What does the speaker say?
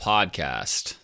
Podcast